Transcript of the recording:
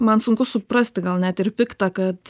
man sunku suprasti gal net ir pikta kad